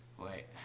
Wait